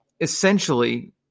essentially –